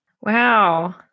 Wow